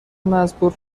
مزبور